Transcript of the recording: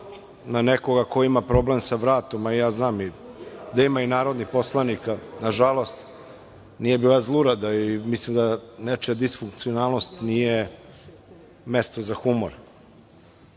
na nekoga ko ima problem sa vratom, a ja znam da ima i narodnih poslanika, nažalost, nije bila zlurada i mislim da nečija disfunkcionalnost nije mesto za humor.